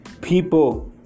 people